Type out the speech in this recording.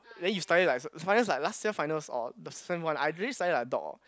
then you study like like last year finals or the sem one I really study like a dog orh